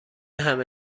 همه